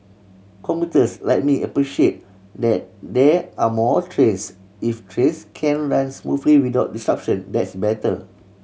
commuters like me appreciate that there are more trains if trains can run smoothly without disruption that's better